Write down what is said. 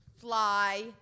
Fly